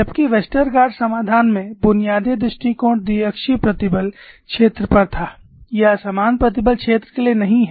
जबकि वेस्टरगार्ड समाधान में बुनियादी दृष्टिकोण द्विअक्षीय प्रतिबल क्षेत्र पर था यह असमान प्रतिबल क्षेत्र के लिए नहीं है